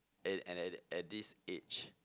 and at that at this age